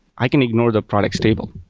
i can ignore the product stable.